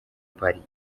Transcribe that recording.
paris